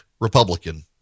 Republican